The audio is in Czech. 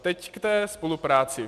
Teď k té spolupráci.